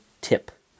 tip